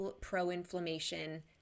pro-inflammation